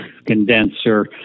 condenser